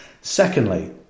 Secondly